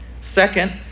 Second